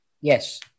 Yes